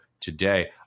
today